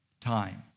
time